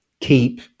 keep